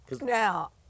Now